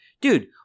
dude